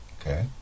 okay